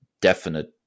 definite